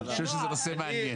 אני חושב שזה נושא מעניין.